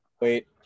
Wait